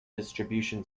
distribution